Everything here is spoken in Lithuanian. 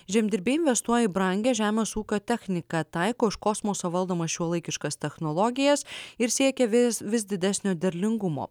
žemdirbiai investuoja į brangią žemės ūkio techniką taiko iš kosmoso valdomas šiuolaikiškas technologijas ir siekia vis vis didesnio derlingumo